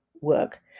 work